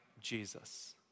Jesus